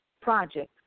project